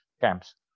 camps